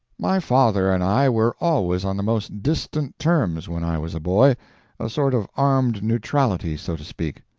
my father and i were always on the most distant terms when i was a boy a sort of armed neutrality so to speak.